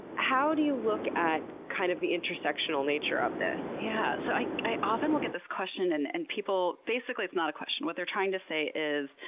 how do you look at, kind of, the intersectional nature of this? yeah. so i i often will get this question and and basically, it's not a question. what they're trying to say is,